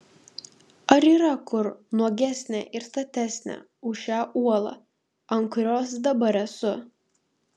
ar yra kur nuogesnė ir statesnė už šią uolą ant kurios dabar esu